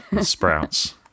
Sprouts